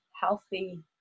healthy